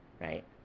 Right